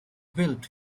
built